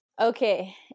Okay